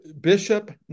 Bishop